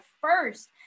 first